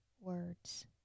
words